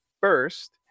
first